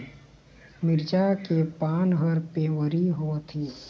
मिरचा के पान हर पिवरी होवथे?